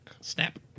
snap